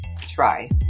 try